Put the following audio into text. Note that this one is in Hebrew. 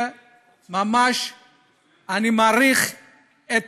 אני ממש מעריך את